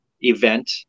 event